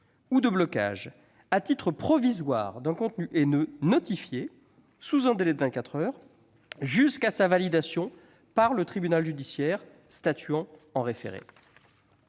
ou de blocage à titre provisoire d'un contenu haineux notifié, sous un délai de vingt-quatre heures, jusqu'à sa validation par le tribunal judiciaire statuant en référé.